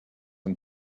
and